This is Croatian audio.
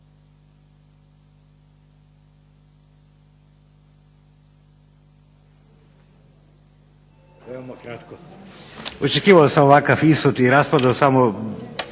Očekivao sam ovakav ishod i raspravu samo